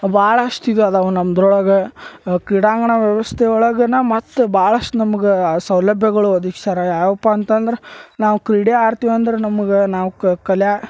ಭಾಳಷ್ಟು ಇದು ಅದಾವು ನಮ್ದ್ರೊಳಗ ಕ್ರೀಡಾಂಗಣ ವ್ಯವಸ್ಥೆ ಒಳಗೆ ಮತ್ತು ಭಾಳಷ್ಟು ನಮ್ಗೆ ಸೌಲಭ್ಯಗಳು ಒದಗಿಸ್ಯಾರ ಯಾವಪ್ಪ ಅಂತಂದ್ರೆ ನಾವು ಕ್ರೀಡೆ ಆಡ್ತೀವಂದರೆ ನಮಗೆ ನಾವು ಕಲ್ಯಾ